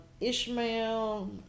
Ishmael